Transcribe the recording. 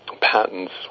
patents